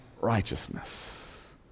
righteousness